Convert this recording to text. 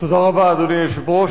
אדוני היושב-ראש,